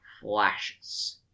flashes